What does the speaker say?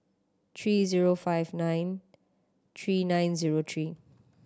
three zero five nine three nine zero three